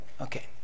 okay